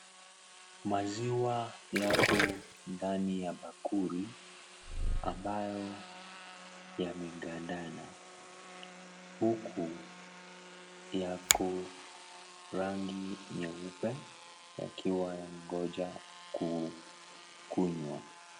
Maziwa yako ndani ya bakuli, ambayo yamegandana. Huku, yako rangi nyeupe yakiwa yanangoja kukunywa.